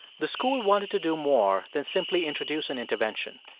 the school wanted to do more than simply introduce an intervention.